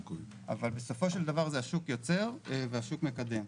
אבל בסופו של דבר השוק יוצר והשוק מקדם.